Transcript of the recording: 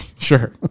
sure